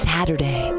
Saturday